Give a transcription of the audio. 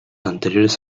anteriores